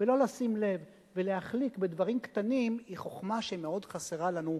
ולא לשים לב ולהחליק בדברים קטנים היא חוכמה שמאוד חסרה לנו,